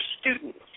students